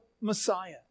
Messiah